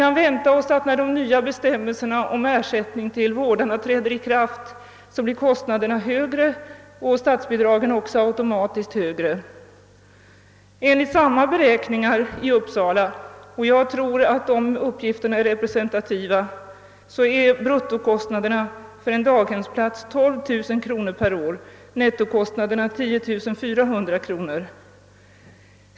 När de nya bestämmelserna om ersättning till familjedaghemmen träder i kraft kan vi vänta oss att kostnaderna blir högre. Automatiskt blir också statsbidragen högre. Enligt samma beräkningar — jag tror att dessa uppgifter är representativa — är bruttokostnaderna för en daghemsplats 12000 kronor per år, nettokostnaderna 10 400.